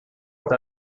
with